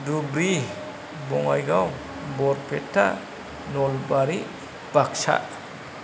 Dhubri Bongaigaon Barpeta Nalbari Baksa